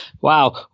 Wow